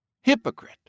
hypocrite